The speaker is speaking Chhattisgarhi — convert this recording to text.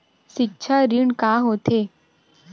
सिक्छा ऋण का होथे?